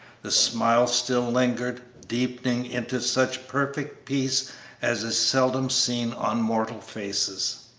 the smile still lingered, deepening into such perfect peace as is seldom seen on mortal faces.